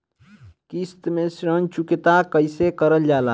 किश्त में ऋण चुकौती कईसे करल जाला?